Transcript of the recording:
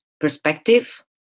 perspective